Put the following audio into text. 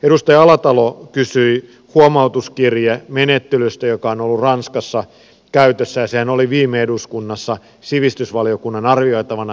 edustaja alatalo kysyi huomautuskirjemenettelystä joka on ollut ranskassa käytössä ja sehän oli viime eduskunnassa sivistysvaliokunnan arvioitavana